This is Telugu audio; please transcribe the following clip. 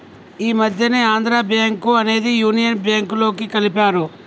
ఈ మధ్యనే ఆంధ్రా బ్యేంకు అనేది యునియన్ బ్యేంకులోకి కలిపారు